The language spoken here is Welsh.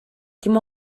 dim